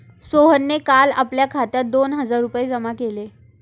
सोहनने काल आपल्या खात्यात दोन हजार रुपये जमा केले